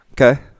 Okay